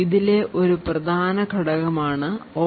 അതിലെ ഒരു പ്രധാന ഘടകമാണ് OKLD